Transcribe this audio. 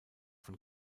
von